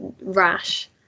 rash